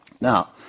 Now